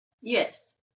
Yes